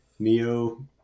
neo